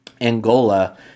angola